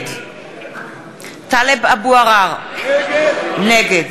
נגד טלב אבו עראר, נגד